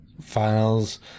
files